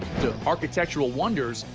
architectural wonders.